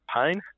pain